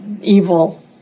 evil